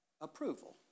Approval